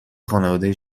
خانواده